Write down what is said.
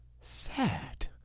Sad